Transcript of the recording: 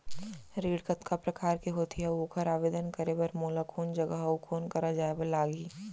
ऋण कतका प्रकार के होथे अऊ ओखर आवेदन करे बर मोला कोन जगह अऊ कोन करा जाए बर लागही?